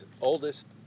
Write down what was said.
oldest